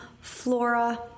flora